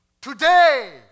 today